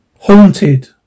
Haunted